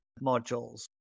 modules